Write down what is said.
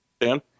dan